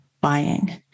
buying